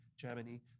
Germany